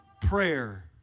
prayer